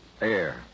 Air